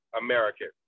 American